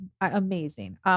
amazing